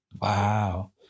Wow